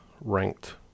ranked